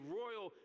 royal